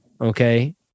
Okay